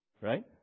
Right